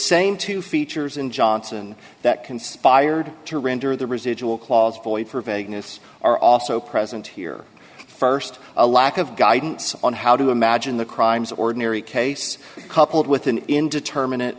same two features in johnson that conspired to render the residual clause void for vagueness are also present here first a lack of guidance on how to imagine the crimes of ordinary case coupled with an indetermi